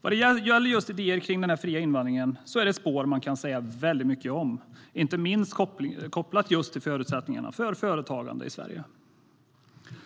Vad gäller just idéer om den fria invandringen är det ett spår man kan säga väldigt mycket om, inte minst kopplat just till förutsättningarna för företagande i Sverige.